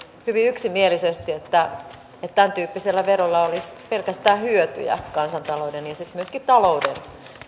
hyvin yksimielisesti että tämäntyyppisellä verolla olisi pelkästään hyötyjä kansantalouden ja sitten myöskin talouden